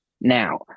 now